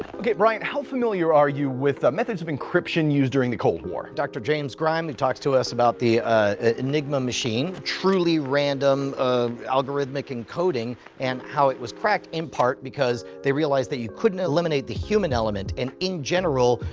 brian, how familiar are you with ah methods of encryption used during the cold war? dr. james grime, he talked to us about the enigma machine. truly random algorithmic encoding and how it was cracked in part, because they realized that you couldn't eliminate the human element and, in general,